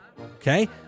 Okay